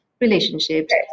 relationships